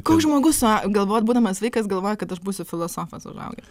koks žmogus sua galvod būdamas vaikas galvoja kad aš būsiu filosofas užaugęs